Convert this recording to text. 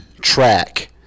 track